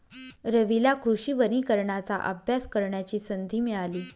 रवीला कृषी वनीकरणाचा अभ्यास करण्याची संधी मिळाली